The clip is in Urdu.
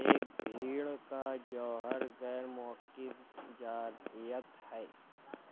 ایک بھیڑ کا جوہرغیر موقف جارحیت ہے